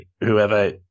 whoever